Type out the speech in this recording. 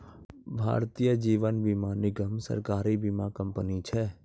भारतीय जीवन बीमा निगम, सरकारी बीमा कंपनी छै